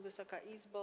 Wysoka Izbo!